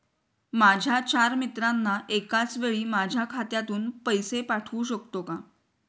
माझ्या चार मित्रांना एकाचवेळी माझ्या खात्यातून पैसे पाठवू शकतो का?